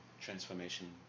transformation